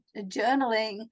journaling